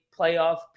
playoff